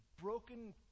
broken